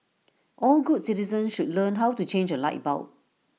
all good citizens should learn how to change A light bulb